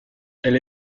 elle